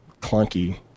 clunky